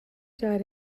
died